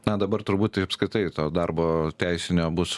na dabar turbūt tai apskritai to darbo teisinio bus